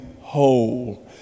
whole